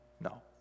No